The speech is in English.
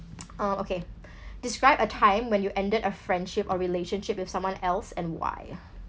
uh okay describe a time when you ended a friendship or relationship with someone else and why